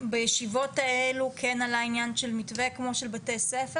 בישיבות האלה כן עלה העניין של מתווה כמו של בתי ספר